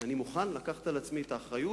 אני מוכן לקבל עלי את האחריות.